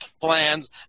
plans